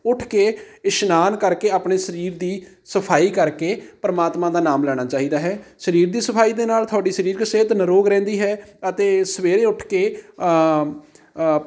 ਉੱਠ ਕੇ ਇਸ਼ਨਾਨ ਕਰਕੇ ਆਪਣੇ ਸਰੀਰ ਦੀ ਸਫਾਈ ਕਰਕੇ ਪਰਮਾਤਮਾ ਦਾ ਨਾਮ ਲੈਣਾ ਚਾਹੀਦਾ ਹੈ ਸਰੀਰ ਦੀ ਸਫਾਈ ਦੇ ਨਾਲ ਤੁਹਾਡੀ ਸਰੀਰਿਕ ਸਿਹਤ ਨਰੋਗ ਰਹਿੰਦੀ ਹੈ ਅਤੇ ਸਵੇਰੇ ਉੱਠ ਕੇ